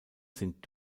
sind